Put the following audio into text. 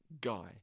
guy